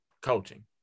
coaching